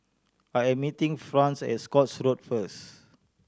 I am meeting Franz at Scotts Road first